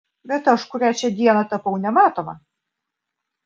bet aš kurią čia dieną tapau nematoma